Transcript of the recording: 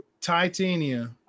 Titania